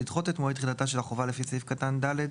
לדחות את מועד תחילתה של החובה לפי סעיף קטן (ד)